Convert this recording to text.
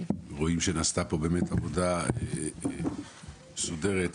רואים שנעשתה כאן עבודה מסודרת ומאומצת.